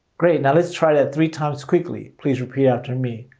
great. now let's try that three times quickly. please repeat after me.